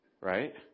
right